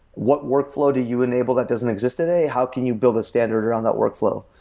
what workflow do you enable that doesn't exist today? how can you build a standard around that workflow?